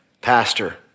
pastor